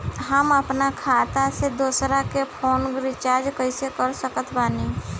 हम अपना खाता से दोसरा कोई के फोन रीचार्ज कइसे कर सकत बानी?